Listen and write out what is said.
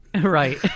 Right